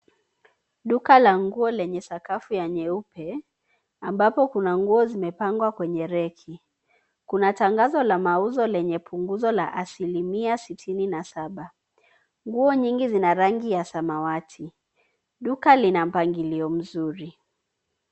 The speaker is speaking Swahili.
Duka la nguo lenye sakafu ya nyeupe ambapo kuna nguo zimepangwa kwenye reki. Kuna tangazo la mauzo lenye punguzo la asimila sitini na saba. Nguo nyingi zina rangi ya samawati. Duka lina mpangilio mzuri.